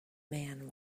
man